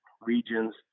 regions